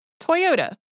Toyota